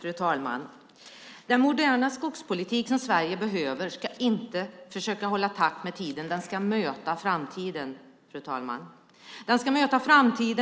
Fru talman! Den moderna skogspolitik som Sverige behöver ska inte försöka hålla takt med tiden. Den ska möta framtiden, fru talman,